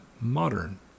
modern